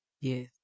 Yes